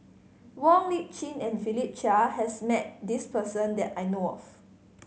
Wong Lip Chin and Philip Chia has met this person that I know of